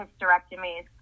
hysterectomies